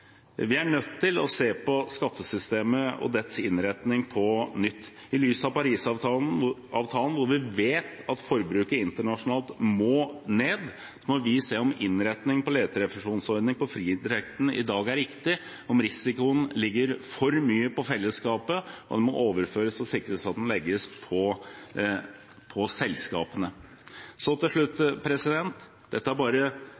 Vi er nødt til å se på skattesystemet og dets innretning på nytt. I lys av Paris-avtalen, hvor vi vet at forbruket internasjonalt må ned, må vi se om innretningen på leterefusjonsordningen og friinntekten i dag er riktig, om risikoen ligger for mye på fellesskapet, om en må overføre og sikre at den legges på selskapene. Til slutt: Dette er bare